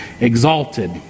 exalted